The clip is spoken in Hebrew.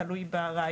זה תלוי בראיות.